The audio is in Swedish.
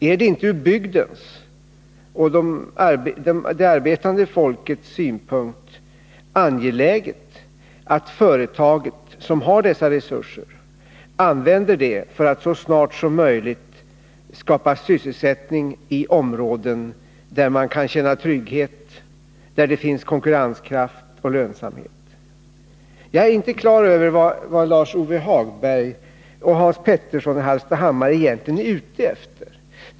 Är det inte ur bygdens och det arbetande folkets synpunkt angeläget att företaget som har dessa resurser använder dem för att så snart som möjligt skapa sysselsättning i områden där man kan känna trygghet, där det finns konkurrenskraft och lönsamhet? Jag är inte klar över vad Lars-Ove Hagberg och Hans Petersson i Hallstahammar egentligen är ute efter.